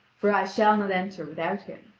for i shall not enter without him.